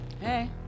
Hey